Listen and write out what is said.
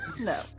no